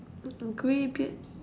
with a grey beard